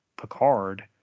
Picard